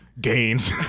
Gains